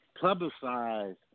publicize